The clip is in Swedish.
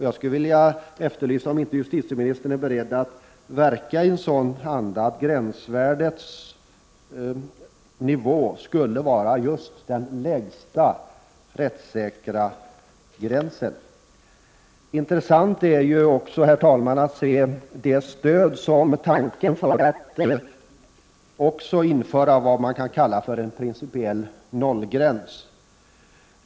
Jag efterlyser om inte justitieministern är beredd att verka i en sådan anda att gränsvärdesnivån skall ligga just vid den lägsta rättssäkra gränsen? Intressant är också, herr talman, att notera stödet för tanken att införa vad man kan kalla en principiell nollgräns.